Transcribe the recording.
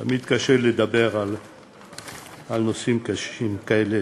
תמיד קשה לדבר על נושאים קשים כאלה,